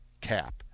cap